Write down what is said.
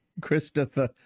christopher